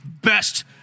best